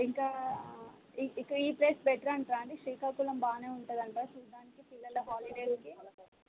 ఇంకా ఈ place better అంటారా అండి శ్రీకాకుళం బాగానే ఉంటుంది అంటారా చూడటానికి పిల్లల హాలిడేస్కి